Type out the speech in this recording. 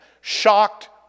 shocked